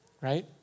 right